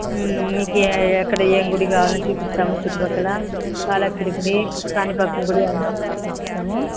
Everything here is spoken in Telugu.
మీకు ఎక్కడ ఏం గుడి కావాలన్నా చూపిస్తాము చుట్టుపక్కల కాళహస్తి గుడి కాణిపాకం గుడి అవన్నీ చూపిస్తాము